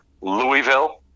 Louisville